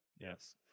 Yes